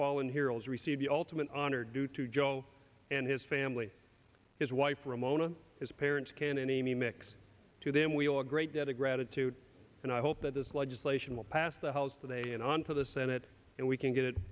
fallen heroes receive the ultimate honor due to joe and his family his wife ramona his parents can any mix to them we owe a great debt of gratitude and i hope that this legislation will pass the house today and on to the senate and we can get it